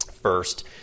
first